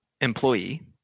employee